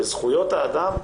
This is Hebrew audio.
בזכויות האדם,